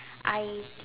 I